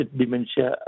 dementia